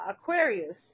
Aquarius